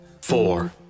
four